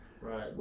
Right